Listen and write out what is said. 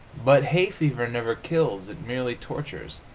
but hay fever never kills it merely tortures.